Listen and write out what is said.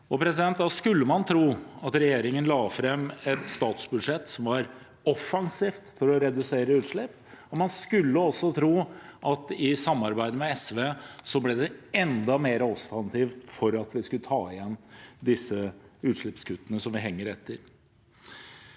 framover. Da skulle man tro at regjeringen la fram et statsbudsjett som var offensivt for å redusere utslipp, og man skulle også tro at i samarbeid med SV ble det enda mer offensivt for at vi skulle ta igjen de utslippskuttene som vi henger etter